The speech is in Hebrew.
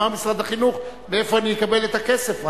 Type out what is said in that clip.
אמר משרד החינוך: מאיפה אני אקבל את הכסף,